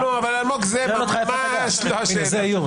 לא, אלמוג זה ממש לא השאלה.